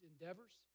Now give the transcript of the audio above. endeavors